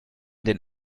den